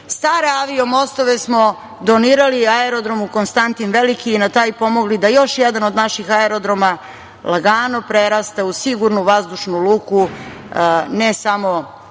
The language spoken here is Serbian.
Stare avio mostove smo donirali Aerodromu „Konstantin Veliki“ i na taj način pomogli da još jedan od naših aerodroma lagano prerasta u sigurnu vazdušnu luku, ne samo